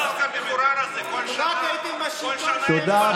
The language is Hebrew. למה אתם, כל שנה, תודה רבה.